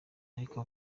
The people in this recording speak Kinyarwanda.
ariko